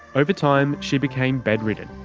over time she became bedridden.